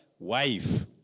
Wife